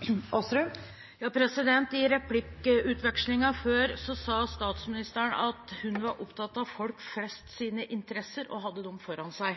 til oppfølgingsspørsmål. I replikkvekslingen før sa statsministeren at hun var opptatt av folk flest sine interesser og hadde dem foran seg.